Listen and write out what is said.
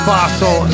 Fossil